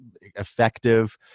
effective